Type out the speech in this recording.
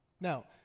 Now